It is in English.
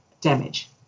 damage